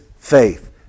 Faith